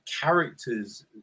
characters